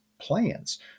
plans